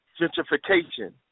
Gentrification